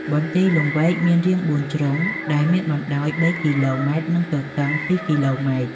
បន្ទាយលង្វែកមានរាងបួនជ្រុង ដែលមានបណ្ដោយ ៣ គីឡូម៉ែត្រ និងទទឹង ២ គីឡូម៉ែត្រ។